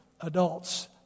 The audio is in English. adults